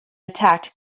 attacked